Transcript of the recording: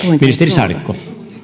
saarikko